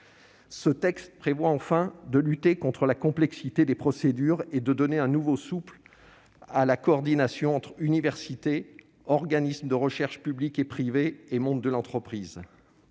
Ce texte prévoit enfin de lutter contre la complexité des procédures et de donner un nouveau souffle à la coordination entre universités, organismes de recherche publics et privés, et monde de l'entreprise.